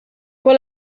con